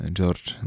George